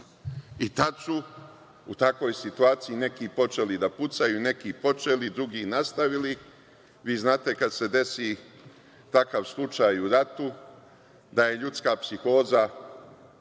Tada su u takvoj situaciji neki počeli da pucaju. Neki počeli, drugi nastavili. Znate kada se desi takav slučaj u ratu da je ljudska psihoza